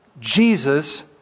Jesus